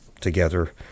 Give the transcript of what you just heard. together